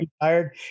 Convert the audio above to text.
tired